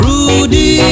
Rudy